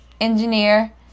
engineer